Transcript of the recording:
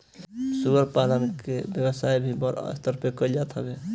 सूअर पालन के व्यवसाय भी बड़ स्तर पे कईल जात हवे